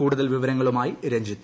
കൂടുതൽ വിവരങ്ങളുമായി രഞ്ജിത്ത്